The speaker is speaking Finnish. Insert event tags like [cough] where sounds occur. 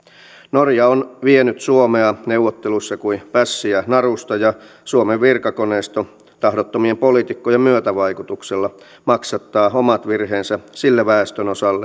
norja on vienyt suomea neuvotteluissa kuin pässiä narussa ja suomen virkakoneisto tahdottomien poliitikkojen myötävaikutuksella maksattaa omat virheensä sillä väestönosalla [unintelligible]